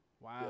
Wow